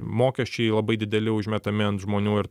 mokesčiai labai dideli užmetami ant žmonių ir